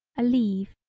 a leave.